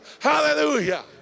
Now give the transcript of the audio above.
hallelujah